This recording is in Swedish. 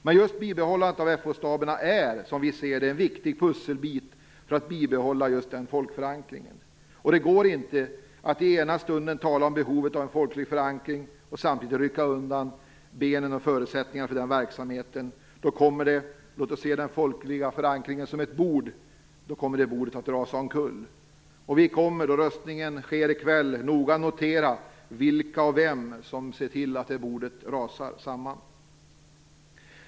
Men just bibehållandet av FO-staberna är, som vi ser det, en viktig pusselbit för att bibehålla just den folkförankringen. Det går inte att i ena stunden tala om behovet av folklig förankring och samtidigt rycka undan benen och förutsättningarna för verksamheten. Låt oss se den folkliga förankringen som ett bord - då kommer det bordet att rasa omkull. Vi kommer, då röstningen sker i kväll, att noga notera vilka och vem som ser till att det bordet rasar samman.